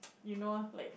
he knows like